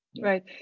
Right